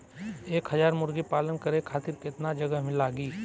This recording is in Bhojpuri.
एक हज़ार मुर्गी पालन करे खातिर केतना जगह लागी?